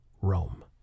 Rome